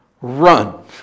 Run